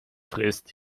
frisst